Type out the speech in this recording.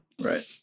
Right